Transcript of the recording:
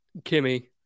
Kimmy